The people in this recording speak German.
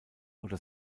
oder